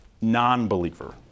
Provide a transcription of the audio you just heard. non-believer